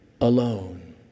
alone